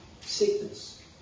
sickness